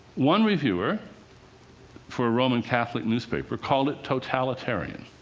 one reviewer for a roman catholic newspaper called it totalitarian.